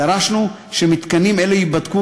דרשנו שמתקנים אלה ייבדקו,